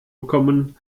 bekommen